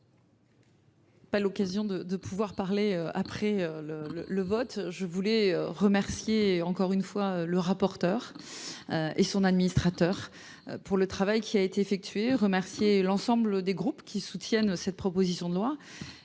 pas l'occasion de pouvoir parler après le vote. Je voulais remercier encore une fois le rapporteur et son administrateur pour le travail qui a été effectué, remercier l'ensemble des groupes qui soutiennent cette proposition de loi,